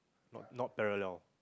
not not parallel